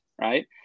right